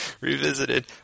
Revisited